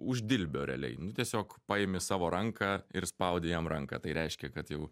už dilbio realiai tiesiog paimi savo ranką ir spaudi jam ranką tai reiškia kad jau